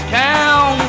town